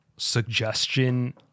suggestion